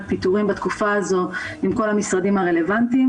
פיטורים בתקופה הזאת עם כל המשרדים הרלוונטיים.